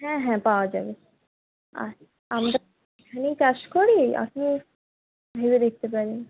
হ্যাঁ হ্যাঁ পাওয়া যাবে আর আমরা এখানেই চাষ করি আপনি ভেবে দেখতে পারেন